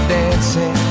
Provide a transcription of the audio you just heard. dancing